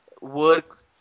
work